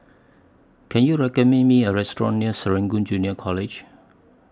Can YOU recommend Me A Restaurant near Serangoon Junior College